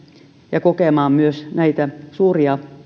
ja kokemaan myös näitä suuria